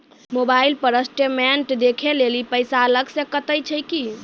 Mobile पर statement देखे लेली पैसा अलग से कतो छै की?